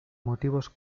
motivos